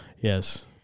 Yes